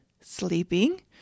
sleeping